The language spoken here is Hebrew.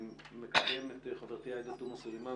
אני מקדם בברכה את חברתי עאידה תומא סלימאן.